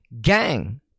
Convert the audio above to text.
gang